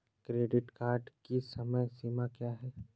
Credit card की समय सीमा क्या है?